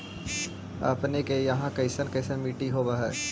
अपने के यहाँ कैसन कैसन मिट्टी होब है?